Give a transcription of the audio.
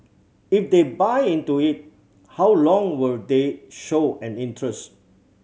if they buy into it how long will they show an interest